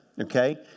Okay